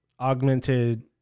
Augmented